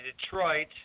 Detroit